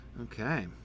Okay